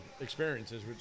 experiences